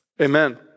amen